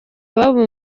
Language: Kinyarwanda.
ababo